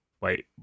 wait